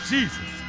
Jesus